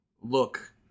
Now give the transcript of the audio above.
look